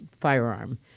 firearm